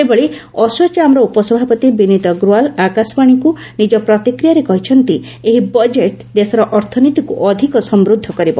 ସେହିଭଳି ଆସୋଚାମ୍ର ଉପସଭାପତି ବିନିତ ଅଗ୍ରୱାଲ୍ ଆକାଶବାଣୀକୁ ନିଜ ପ୍ରତିକ୍ରିୟାରେ କହିଛନ୍ତି ଏହି ବଜେଟ୍ ଦେଶର ଅର୍ଥନୀତିକୁ ଅଧିକ ସମୃଦ୍ଧ କରିବ